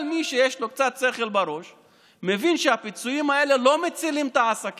החוק שתעבירו היום הוא דבר אחד: הסחת דעת.